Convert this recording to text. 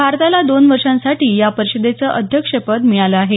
भारताला दोन वर्षांसाठी या परिषदेचं अध्यक्षपद मिळालं आहे